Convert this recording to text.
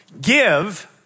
Give